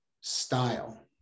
style